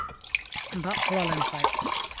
ᱫᱟᱜ ᱛᱷᱚᱲᱟ ᱞᱮᱱ ᱠᱷᱟᱡ